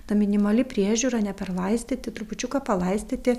ta minimali priežiūra neperlaistyti trupučiuką palaistyti